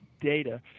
data